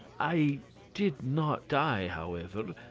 i did not die, however,